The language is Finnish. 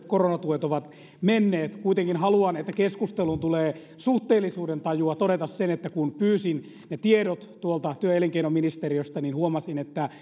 koronatuet ovat menneet kuitenkin haluan jotta keskusteluun tulee suhteellisuudentajua todeta sen että kun pyysin ne tiedot tuolta työ ja elinkeinoministeriöstä niin huomasin että